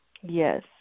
Yes